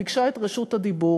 ביקשה את רשות הדיבור,